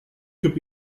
could